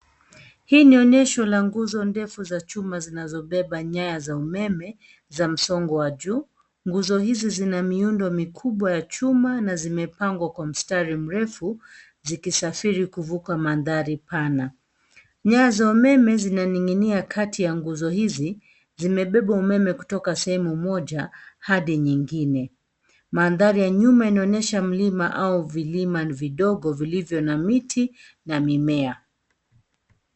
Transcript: Hii ni onyesho la nguzo ndefu za chuma zinazobeba nyaya za umeme za msongo wa juu. Nguzo hizi zina miundo mikubwa ya chuma na zimepangwa kwa mstari mrefu, zikisafiri kuvuka mandhari pana. Nyaya za umeme zinaning'inia kati ya nguzo hizi, zimebeba umeme kutoka sehemu moja hadi nyingine. Mandhari ya nyuma inaonyesha mlima au vilima vidogo vilivyo na miti na mimea.